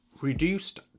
reduced